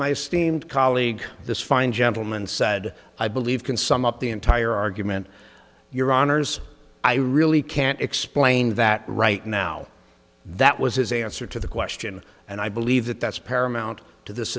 my esteemed colleague this fine gentleman said i believe can sum up the entire argument your honors i really can't explain that right now that was his answer to the question and i believe that that's paramount to this